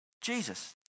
Jesus